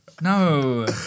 No